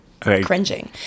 cringing